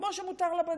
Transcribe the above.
כמו שמותר לבנים.